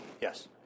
Yes